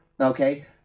okay